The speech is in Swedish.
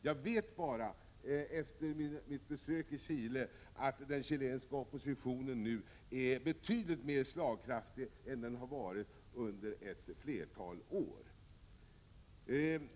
Efter mitt besök i Chile vet jag bara att den chilenska oppositionen nu är betydligt mera slagkraftig än den har varit under ett flertal år.